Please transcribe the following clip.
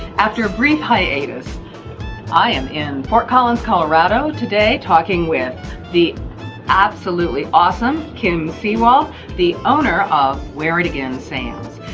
after a brief hiatus i am in fort collins, colorado, today, talking with the absolutely awesome kim sewald, the owner of wear it again, sams,